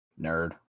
nerd